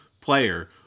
player